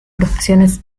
profesiones